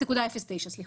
0.09%?